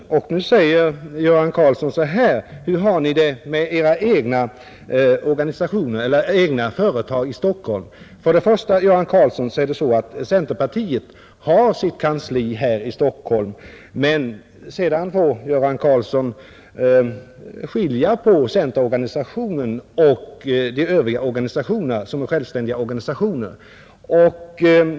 Göran Karlsson sade: Hur har ni det med era egna företag i Stockholm? Ja, centerpartiet har ju sitt kansli här i Stockholm. Men Göran Karlsson får skilja mellan centerorganisationen och jordbrukets föreningsrörelse som är självständiga organisationer.